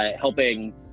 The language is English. helping